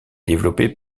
développé